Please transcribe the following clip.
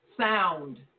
sound